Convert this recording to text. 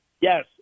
Yes